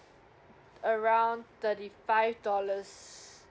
around thirty five dollars